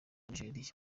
nigeria